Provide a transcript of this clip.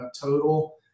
total